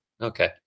Okay